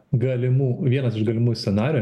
galimų vienas iš galimų scenarijų